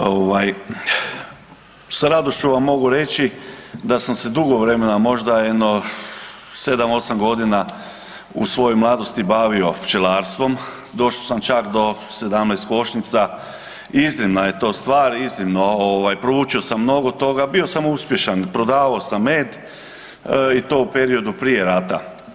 Ovaj sa radošću vam mogu reći da sam se dugo vremena, možda jedno 7-8.g. u svojoj mladosti bavio pčelarstvom, došo sam čak do 17 košnica i iznimna je to stvar i iznimno ovaj proučio sam mnogo toga, bio sam uspješan, prodavao sam med i to u periodu prije rata.